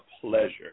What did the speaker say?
pleasure